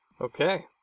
Okay